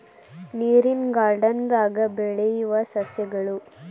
ನೇರಿನ ಗಾರ್ಡನ್ ದಾಗ ಬೆಳಿಯು ಸಸ್ಯಗಳು